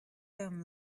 them